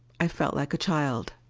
i felt like a child.